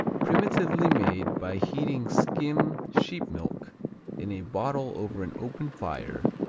primitively made by heating skim sheep milk in a bottle over an open fire,